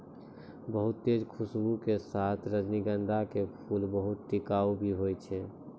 बहुत तेज खूशबू के साथॅ रजनीगंधा के फूल बहुत टिकाऊ भी हौय छै